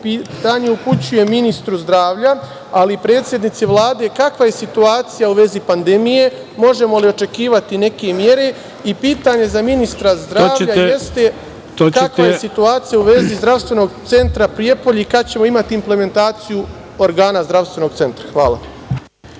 pitanje upućujem ministru zdravlja, ali i predsednici Vlade – kakva je situacija u vezi pandemije? možemo li očekivati neke mere? Pitanje za ministra zdravlja jeste –kakva je situacija u vezi zdravstvenog centra Prijepolje i kada ćemo imati implementaciju organa zdravstvenog centra? **Ivica